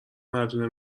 مردونه